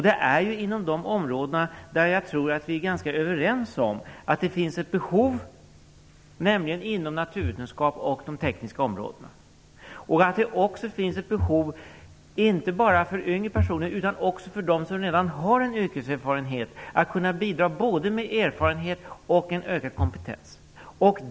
Det är ju inom de områden där jag tror att vi är ganska överens om att det finns ett behov, nämligen inom naturvetenskap och de tekniska områdena. Det finns också ett behov, inte bara för yngre personer utan också för dem som redan har yrkeserfarenhet, att kunna bidra med både erfarenhet och ökad kompetens.